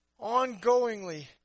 Ongoingly